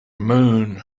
moon